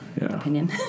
opinion